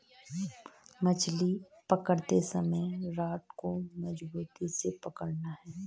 मछली पकड़ते समय रॉड को मजबूती से पकड़ना है